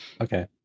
okay